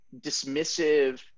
dismissive